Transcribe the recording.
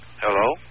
hello